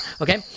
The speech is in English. Okay